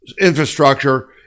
infrastructure